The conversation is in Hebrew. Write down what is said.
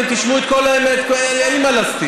אתם תשמעו את כל האמת, אין לי מה להסתיר.